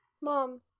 Mom